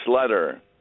letter